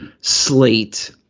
slate